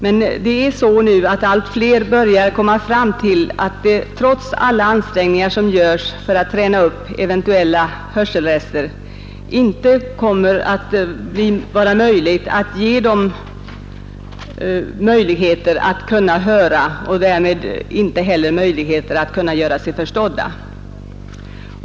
Men allt fler kommer fram till att man trots alla ansträngningar som görs för att träna upp barnens eventuella hörselrester inte kan ge dem möjlighet att höra och därmed inte heller möjlighet att göra sig förstådda.